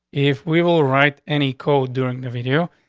if we will write any cold during the video,